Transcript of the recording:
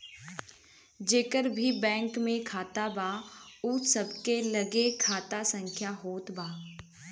जेकर भी बैंक में खाता बा उ सबके लगे खाता संख्या होत हअ